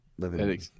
Living